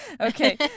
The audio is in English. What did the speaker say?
Okay